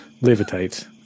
Levitate